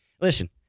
listen